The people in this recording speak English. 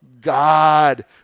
god